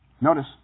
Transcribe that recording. Notice